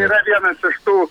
yra vienas iš tų